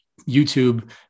YouTube